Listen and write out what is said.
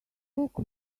look